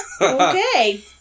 Okay